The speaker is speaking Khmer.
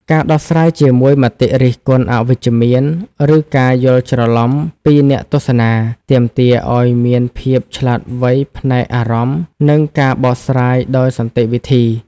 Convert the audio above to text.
ការដោះស្រាយជាមួយមតិរិះគន់អវិជ្ជមាន ឬការយល់ច្រឡំពីអ្នកទស្សនា ទាមទារឱ្យមានភាពឆ្លាតវៃផ្នែកអារម្មណ៍ និងការបកស្រាយដោយសន្តិវិធី។